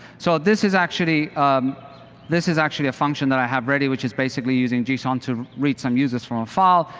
so this is actually um this is actually a function that i have ready, which is using json to read some music from a file,